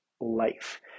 life